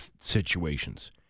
situations